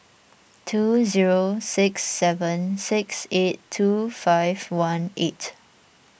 two zero six seven six eight two five one eight